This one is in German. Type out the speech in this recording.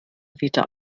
wieder